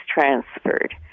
transferred